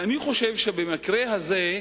ואני חושב שבמקרה הזה,